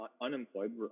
unemployed